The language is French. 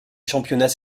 championnat